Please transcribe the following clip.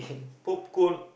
popcorn